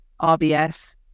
RBS